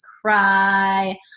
cry